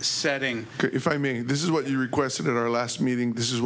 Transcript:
setting if i mean this is what you requested of our last meeting this is